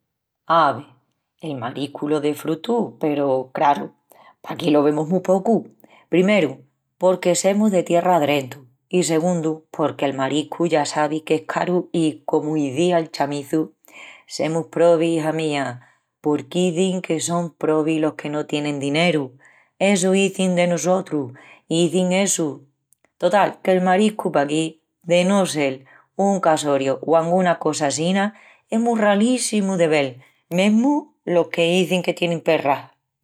Ave, el mariscu lo desfrutu peru, craru, paquí lo vemus mu pocu. Primeru, porque semus de tierra adrentu i, segundu, porque el mariscu ya sabis qu'es caru i, comu izía'l Chamiçu: "Semus probis, ija mía, porqu'izin que son probis los que no tienin dineru, Essu izin de nusotrus, izin essu". Total, qu'el mariscu paquí, de no sel un casoriu o anguna cosa assina es mu ralíssimu de vel, mesmu los que izin que tienin perras.